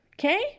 Okay